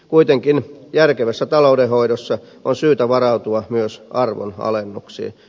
kuitenkin järkevässä taloudenhoidossa on syytä varautua myös arvonalennuksiin